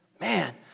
Man